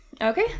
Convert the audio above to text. Okay